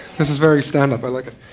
this is very stand-up. i like it.